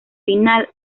final